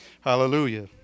Hallelujah